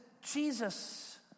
Jesus